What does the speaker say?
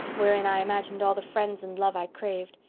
wherein i imagined all the friends and love i craved.